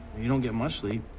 you don't get much sleep,